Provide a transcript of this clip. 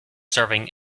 serving